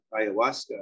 ayahuasca